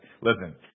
Listen